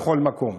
בכל מקום.